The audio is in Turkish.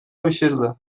başarılı